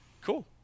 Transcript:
Cool